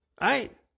Right